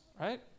right